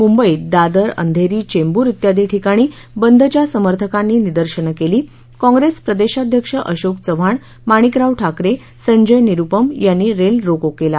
मुंबईत दादर अंधेरी चेंब्र इत्यादी ठिकाणी बंदच्या समर्थकांनी निदर्शनं केली काँप्रेस प्रदेशाध्यक्ष अशोक चव्हाण माणिकराव ठाकरे संजय निरुपम यांनी रेल रोको केला